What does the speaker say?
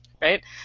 right